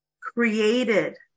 created